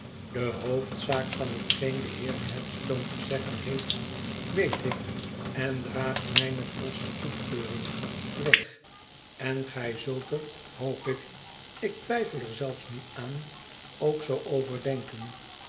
de hoofdzaak van hetgeen de heer headstone te zeggen heeft weet ik en draagt mijne volste goedkeuring weg en gij zult er hoop ik ik twijfel er zelfs niet aan ook zoo